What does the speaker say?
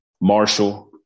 Marshall